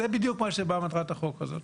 זו בדיוק מטרת החוק הזה.